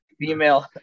female